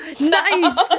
Nice